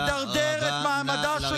שמונה,